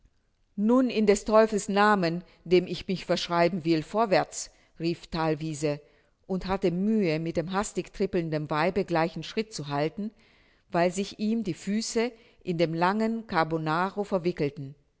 nun in des teufels namen dem ich mich verschreiben will vorwärts rief thalwiese und hatte mühe mit dem hastig trippelnden weibe gleichen schritt zu halten weil sich ihm die füsse in den langen carbonaro verwickelten